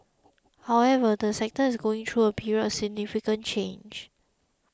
however the sector is going through a period of significant change